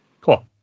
Cool